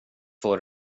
för